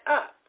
up